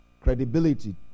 credibility